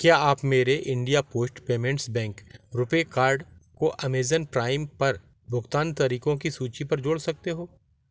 क्या आप मेरे India post payments bank RuPay card को अमेज़न प्राइम पर भुगतान तरीकों की सूचि पर जोड़ सकते हो